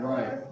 Right